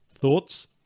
thoughts